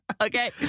Okay